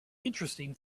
interesting